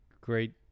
great